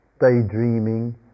daydreaming